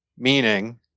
Meaning